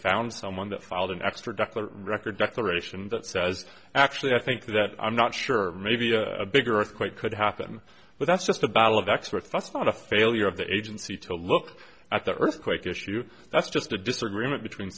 found someone that filed an extra dr record declaration that says actually i think that i'm not sure maybe a big earthquake could happen but that's just a battle of experts us not a failure of the agency to look at the earthquake issue that's just a disagreement between